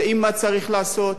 יודעים מה צריך לעשות,